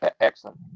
Excellent